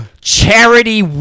charity